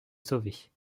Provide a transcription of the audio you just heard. sauver